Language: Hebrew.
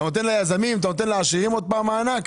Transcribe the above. אתה נותן ליזמים, אתה נותן לעשירים עוד פעם מענק?